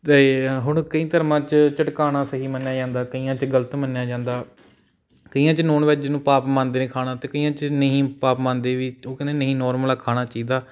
ਅਤੇ ਹੁਣ ਕਈ ਧਰਮਾਂ 'ਚ ਝਟਕਾਉਣਾ ਸਹੀ ਮੰਨਿਆ ਜਾਂਦਾ ਕਈਆਂ 'ਚ ਗਲਤ ਮੰਨਿਆ ਜਾਂਦਾ ਕਈਆਂ 'ਚ ਨੋਨ ਵੈੱਜ਼ ਨੂੰ ਪਾਪ ਮੰਨਦੇ ਨੇ ਖਾਣਾ ਅਤੇ ਕਈਆਂ 'ਚ ਨਹੀਂ ਪਾਪ ਮੰਨਦੇ ਵੀ ਉਹ ਕਹਿੰਦੇ ਨਹੀਂ ਨੋਰਮਲ ਆ ਖਾਣਾ ਚਾਹੀਦਾ